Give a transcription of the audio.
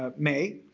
ah may,